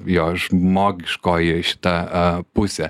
jo žmogiškoji šitą pusę